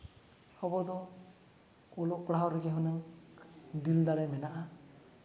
ᱟᱵᱚ ᱫᱚ ᱚᱞᱚᱜ ᱯᱟᱲᱦᱟᱣ ᱨᱮᱜᱮ ᱦᱩᱱᱟᱹᱝ ᱫᱤᱞ ᱫᱟᱲᱮ ᱢᱮᱱᱟᱜᱼᱟ